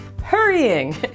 hurrying